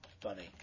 funny